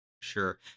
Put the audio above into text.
Sure